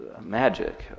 Magic